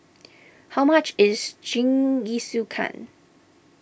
how much is Jingisukan